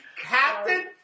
Captain